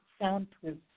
soundproof